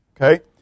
Okay